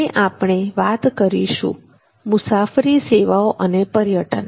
હવે આપણે વાત કરીશું મુસાફરી સેવાઓ અને પર્યટન